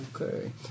Okay